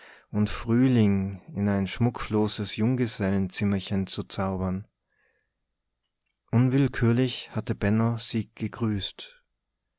und frühling in ein schmuckloses junggesellenzimmerchen zu zaubern unwillkürlich hatte benno sie gegrüßt